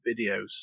videos